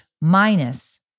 minus